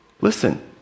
Listen